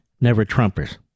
never-Trumpers